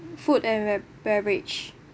food and be~ beverage